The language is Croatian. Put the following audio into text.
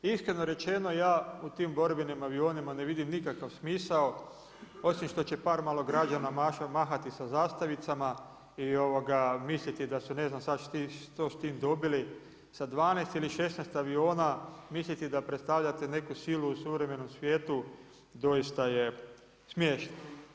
I iskreno rečeno ja u tim borbenim avionima ne vidim nikakav smisao osim što će par malograđana mahati sa zastavicama i misliti da su ne znam što s tim dobili sa 12 ili 16 aviona misliti da predstavljate neku silu u suvremenom svijetu doista je smiješno.